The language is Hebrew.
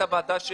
יוכלו